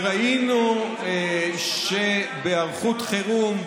וראינו שבהיערכות חירום,